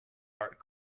art